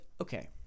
okay